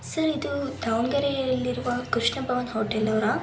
sir ಇದು ದಾವಣಗೆರೆಯಲ್ಲಿರುವ ಕೃಷ್ಣ ಭವನ ಹೋಟೆಲವರಾ